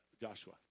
Joshua